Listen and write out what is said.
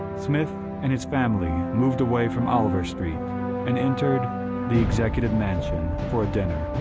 smith and his family moved away from oliver street and entered the executive mansion for a dinner,